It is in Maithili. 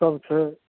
सब छै